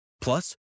Plus